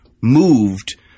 moved